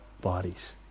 bodies